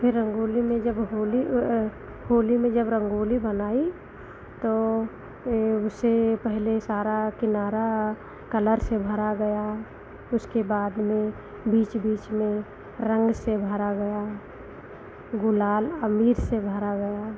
फिर रंगोली में जब होली होली में जब रंगोली बनाई तो ये उसे पहले सारा किनारा कलर से भरा गया उसके बाद में बीच बीच में रंग से भरा गया गुलाल अबीर से भरा गया